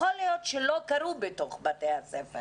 יכול להיות שהן לא קרו בתוך בתי הספר